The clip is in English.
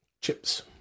Chips